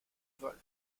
vol